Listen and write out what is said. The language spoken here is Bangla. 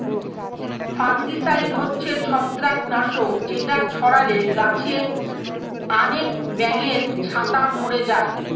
ফাঙ্গিসাইড হচ্ছে ছত্রাক নাশক যেটা ছড়ালে গাছে আনেক ব্যাঙের ছাতা মোরে যায়